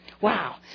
Wow